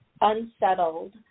unsettled